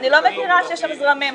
אני לא מכירה שיש שם זרמים,